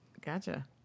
gotcha